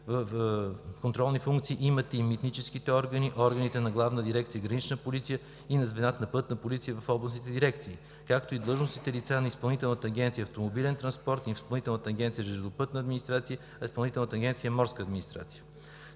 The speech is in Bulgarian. контролни функции имат и: - митническите органи, органите на Главна дирекция „Гранична полиция“ и на звената „Пътна полиция“ в областните дирекции на МВР; както и - длъжностните лица на Изпълнителна агенция „Автомобилна администрация“, Изпълнителна агенция „Железопътна администрация“, Изпълнителна агенция „Морска администрация“.